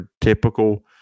typical